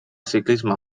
ciclisme